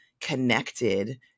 connected